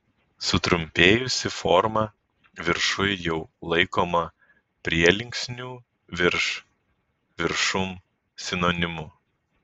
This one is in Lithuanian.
sutrumpėjusi forma viršuj jau laikoma prielinksnių virš viršum sinonimu